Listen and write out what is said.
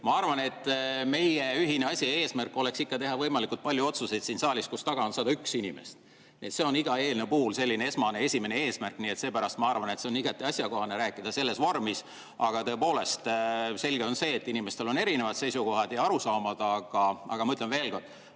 Ma arvan, et meie ühine eesmärk oleks ikka teha siin saalis võimalikult palju otsuseid, kus taga on 101 inimest. See on iga eelnõu puhul selline esimene eesmärk. Seepärast ma arvan, et on igati asjakohane rääkida selles vormis. Tõepoolest, selge on, et inimestel on erinevad seisukohad ja arusaamad. Aga ma ütlen veel kord,